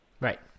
right